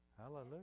Hallelujah